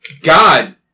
God